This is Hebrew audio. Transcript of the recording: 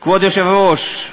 כבוד היושב-ראש,